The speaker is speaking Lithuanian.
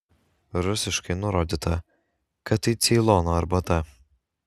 rusiškai nurodyta kad tai ceilono arbata